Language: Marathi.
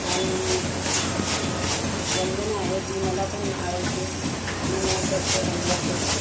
आणि आ वंदनं आहे ती मला पण आवडते नमो तस्स भगवतो